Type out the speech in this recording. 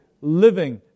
living